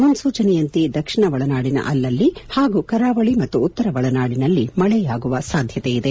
ಮುನ್ನೂಚನೆಯಂತೆ ದಕ್ಷಿಣ ಒಳನಾಡಿನ ಅಲ್ಲಲ್ಲಿ ಹಾಗೂ ಕರಾವಳಿ ಮತ್ತು ಉತ್ತರ ಒಳನಾಡಿನಲ್ಲಿ ಮಳೆಯಾಗುವ ಸಾಧ್ಯತೆಯಿದೆ